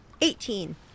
Eighteen